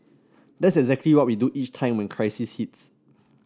that's exactly what we do each time when crisis hits